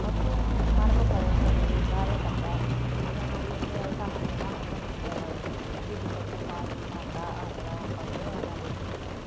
mostly வந்து அந்த பரமபதம் சொல்லுறது தாயக்கட்டை அந்த மாரி வந்து வயசானவங்கள்லாம் வந்து நம்ப வீட்டு சைட்டில் பாட்டி தாத்தா அவங்கள்லாம் உட்காந்து விளையாண்டுட்ருக்குறாங்க